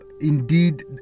indeed